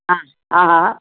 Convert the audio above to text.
हा हा हा